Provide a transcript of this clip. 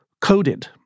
coded